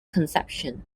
conception